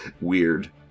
weird